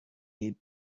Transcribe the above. need